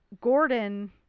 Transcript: Gordon